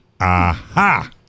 Aha